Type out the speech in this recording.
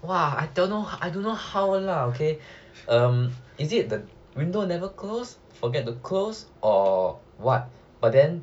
!wah! I don't know I don't know how lah okay um is it the window never close forget to close or what but then